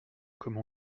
comme